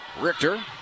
Richter